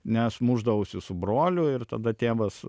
nes mušdavausi su broliu ir tada tėvas